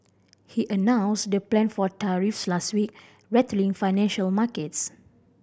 he announced the plan for tariffs last week rattling financial markets